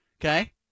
Okay